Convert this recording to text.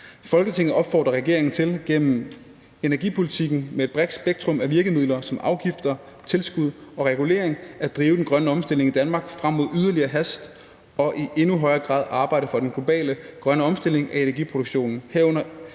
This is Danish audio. Folketinget opfordrer regeringen til gennem energipolitikken med et bredt spektrum af virkemidler som afgifter, tilskud og regulering at drive den grønne omstilling i Danmark frem med yderligere hast og i endnu højere grad arbejde for den globale grønne omstilling af energiproduktionen, herunder